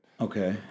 Okay